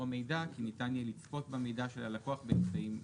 המידע כי ניתן יהיה לצפות במידע של הלקוח באמצעיים מקוונים".